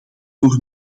voor